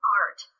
art